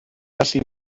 gallu